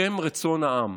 בשם רצון העם.